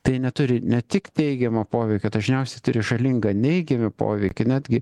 tai neturi ne tik teigiamo poveikio dažniausiai turi žalingą neigiamį poveikį netgi